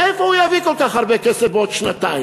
מאיפה הוא יביא כל כך הרבה כסף בעוד שנתיים?